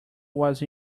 was